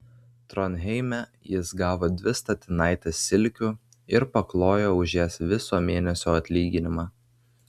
tronheime jis gavo dvi statinaites silkių ir paklojo už jas viso mėnesio atlyginimą